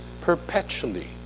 perpetually